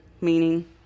meaning